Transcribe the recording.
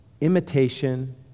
imitation